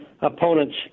opponents